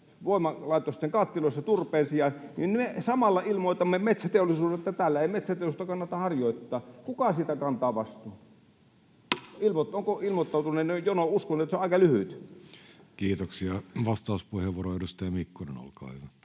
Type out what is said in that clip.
voimalaitosten kattiloissa turpeen sijaan, niin me samalla ilmoitamme metsäteollisuudelle, että täällä ei metsäteollisuutta kannata harjoittaa. Kuka siitä kantaa vastuun? Onko ilmoittautuneille jono? Uskon, että se on aika lyhyt. Kiitoksia. — Vastauspuheenvuoro, edustaja Mikkonen, olkaa hyvä.